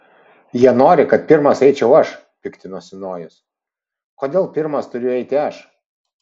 jie nori kad pirmas eičiau aš piktinosi nojus kodėl pirmas turiu eiti aš